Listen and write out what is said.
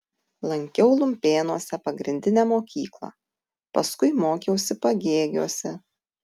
lankiau lumpėnuose pagrindinę mokyklą paskui mokiausi pagėgiuose